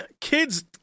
kids